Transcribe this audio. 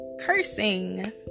cursing